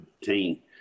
team